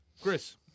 Chris